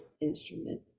instrument